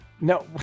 No